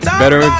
better